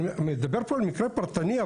אני מדבר פה על מקרה פרטני.